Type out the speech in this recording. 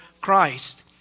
Christ